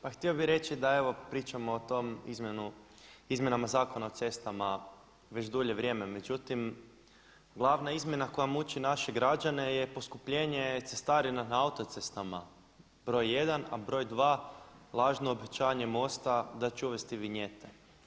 Pa htio bih reći da evo, pričamo o tim Izmjenama zakona o cestama već dulje vrijeme međutim glavna izmjena koja muči naše građane je poskupljenje cestarina na autocestama br. 1 a br. 2 lažno obećanje MOST-a da će uvesti vinjete.